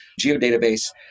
geodatabase